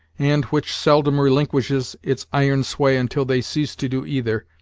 and which seldom relinquishes its iron sway until they cease to do either,